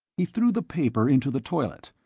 he threw the paper into the toilet,